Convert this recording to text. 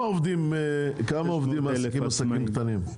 מה אחוז העובדים בעסקים קטנים?